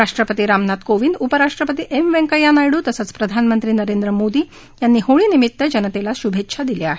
राष्ट्रपती रामनाथ कोविंद उपराष्ट्रपती एम व्यकंय्या नायडू तसंच प्रधानमंत्री नरेन्द्र मोदी यांनी होळीनिमित्त जनतेला शुभेच्छा दिल्या आहेत